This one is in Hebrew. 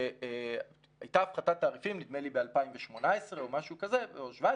כשהייתה הפחתת תעריפים, נדמה לי ב-2018 או 2017,